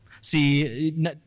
See